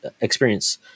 experience